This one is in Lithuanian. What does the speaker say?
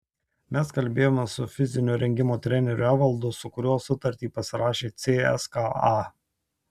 mes kalbėjome su fizinio rengimo treneriu evaldu su kuriuo sutartį pasirašė cska